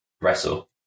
wrestle